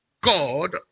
God